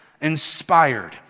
Inspired